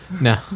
No